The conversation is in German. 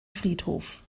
friedhof